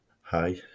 Hi